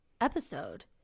episode